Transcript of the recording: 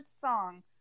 song